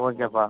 ஓகேப்பா